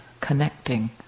connecting